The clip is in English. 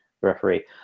referee